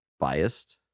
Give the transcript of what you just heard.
biased